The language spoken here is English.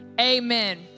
amen